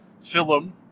film